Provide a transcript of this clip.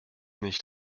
nicht